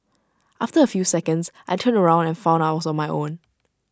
after A few seconds I turned around and found I was on my own